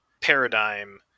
paradigm